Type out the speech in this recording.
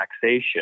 taxation